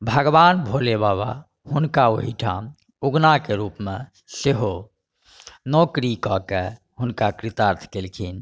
भगवान भोले बाबा हुनका ओहिठाम उगनाके रुपमे सेहो नौकरी कऽ कऽ हुनका कृतार्थ केलखिन